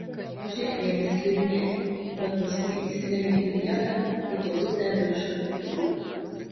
buožė ėmė slidinėti bet paskui įsirėmė į vietą į duobutę virš raktikaulio